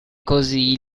così